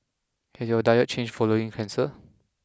has your diet changed following cancer